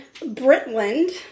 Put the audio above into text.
Britland